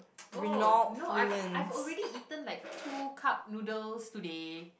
oh no I've I've already eaten like two cup noodles today